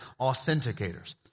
authenticators